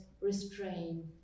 restrain